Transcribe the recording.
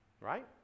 right